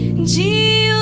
je